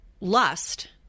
Lust